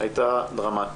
הייתה דרמטית.